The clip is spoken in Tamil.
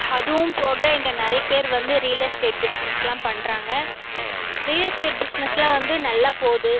அதுவும் போக இங்கே நிறைய பேர் வந்து ரியல் எஸ்டேட் பிஸ்னஸ்லாம் பண்ணுறாங்க ரியல் எஸ்டேட் பிஸ்னஸ்லாம் வந்து நல்லா போகுது